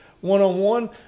one-on-one